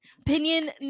opinion